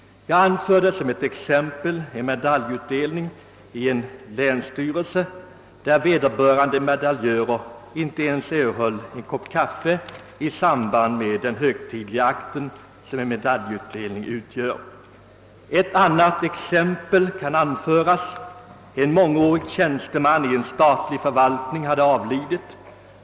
Jag anförde som ett exempel en medaljutdelning i en länsstyrelse, där vederbörande medaljörer inte ens erhöll en kopp kaffe i samband med den hösgtidliga akt som en medaljutdelning utgör. Ett annat exempel kan anföras. En tjänsteman, som under många år varit verksam inom en statlig förvaltning, hade avlidit.